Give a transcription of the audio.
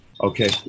Okay